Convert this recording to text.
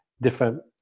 different